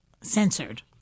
Censored